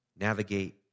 navigate